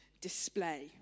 display